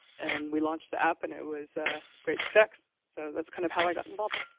and we launched the app and it was a great success. so that's kind of how i got involved.